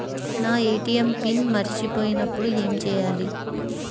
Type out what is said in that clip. నా ATM PIN మరచిపోయినప్పుడు ఏమి చేయాలి?